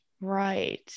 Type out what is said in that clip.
right